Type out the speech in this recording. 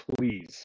please